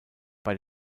bei